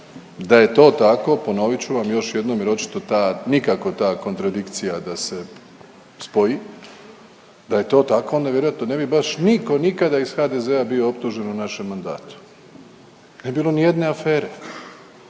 Da je to tako, ponovit ću vam još jednom jer očito ta, nikako ta kontradikcija da se spoji, da je to tako onda vjerojatno baš ne bi nitko nikada iz HDZ-a bio optužen u našem mandatu. Ne bi bilo ni jedne afere.